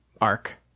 Arc